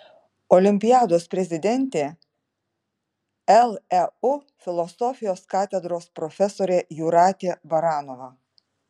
olimpiados prezidentė leu filosofijos katedros profesorė jūratė baranova